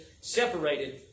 separated